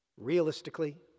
realistically